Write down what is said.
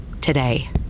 today